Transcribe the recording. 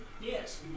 Yes